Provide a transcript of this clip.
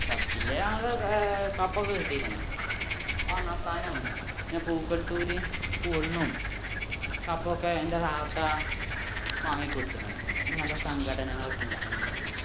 sub ജില്ലയിൽ ഞങ്ങൾക്ക് കപ്പൊക്കെ കിട്ടിയേക്കണ് ഒന്നാസ്ഥാനവും പിന്നെ പൂക്കൽത്തൂർ സ്കൂളിനും കപ്പൊക്കെ എന്റെ താത്ത വാങ്ങിക്കൊടുത്തിരിക്കണ് നല്ല സംഘടനകളൊക്കെ ഉണ്ടായതു കൊണ്ടു തന്നെ